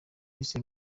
bise